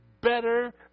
better